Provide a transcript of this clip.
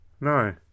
No